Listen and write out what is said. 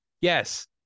Yes